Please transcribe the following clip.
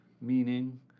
meaning